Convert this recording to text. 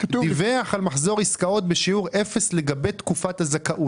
ודיווח על מחזור עסקאות בשיעור אפס לגבי תקופת הזכאות".